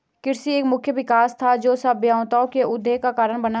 कृषि एक मुख्य विकास था, जो सभ्यताओं के उदय का कारण बना